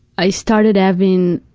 i started having